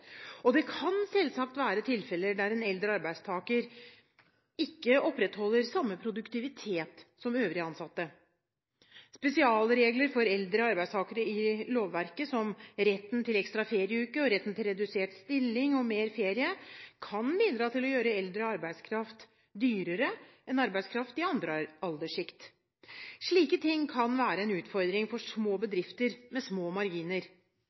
Og det kan selvsagt være tilfeller der en eldre arbeidstaker ikke opprettholder samme produktivitet som øvrige ansatte. Spesialregler for eldre arbeidstakere i lovverket, som retten til ekstra ferieuke og retten til redusert stilling og mer ferie, kan bidra til å gjøre eldre arbeidskraft dyrere enn arbeidskraft i andre alderssjikt. Slike ting kan være en utfordring for små bedrifter med små marginer.